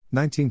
19%